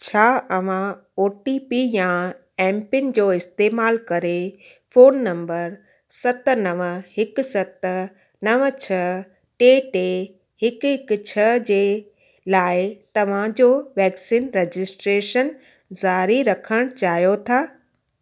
छा अव्हां O T P या एमपिन जो इस्तेमालु करे फ़ोन नंबर सत नव हिकु सत नव छह टे टे हिकु हिकु छह जे लाइ तव्हांजो वैक्सीन रजिस्ट्रेशन ज़ारी रखण चाहियो था